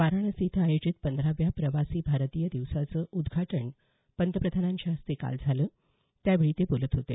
वाराणसी इथं आयोजित पंधराव्या प्रवासी भारतीय दिवसाचं उद्धाटन पंतप्रधानांच्या हस्ते काल झालं त्यावेळी ते बोलत होते